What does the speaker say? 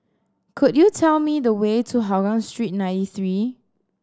could you tell me the way to Hougang Street Ninety Three